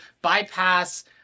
bypass